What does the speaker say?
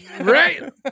Right